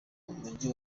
mujyi